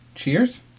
Cheers